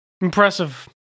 Impressive